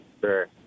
Sure